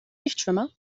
nichtschwimmer